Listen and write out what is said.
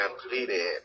completed